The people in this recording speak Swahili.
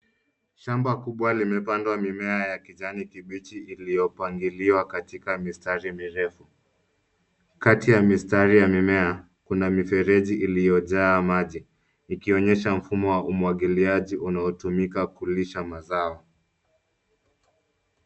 Shamba kubwa imepandwa mimea ya kijani kibichi iliyopangiliwa katika mistari mirefu. Kati ya mistari ya mimea, kuna mifereji iliyojaa maji, ikionyesha mfumo wa umwagiliaji unaotumika kulisha mazao.